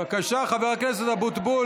בבקשה, חבר הכנסת אבוטבול.